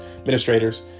administrators